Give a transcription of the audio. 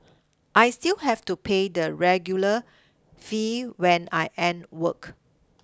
I still have to pay the regular fee when I end work